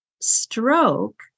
stroke